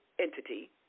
entity